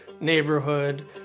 neighborhood